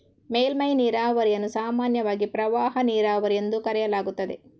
ಮೇಲ್ಮೈ ನೀರಾವರಿಯನ್ನು ಸಾಮಾನ್ಯವಾಗಿ ಪ್ರವಾಹ ನೀರಾವರಿ ಎಂದು ಕರೆಯಲಾಗುತ್ತದೆ